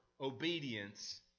obedience